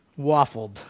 Waffled